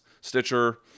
Stitcher